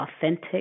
authentic